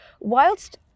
whilst